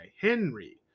Henry